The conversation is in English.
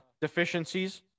deficiencies